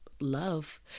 love